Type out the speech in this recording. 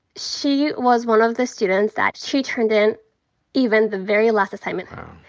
she was one of the students that she turned in even the very last assignment. wow.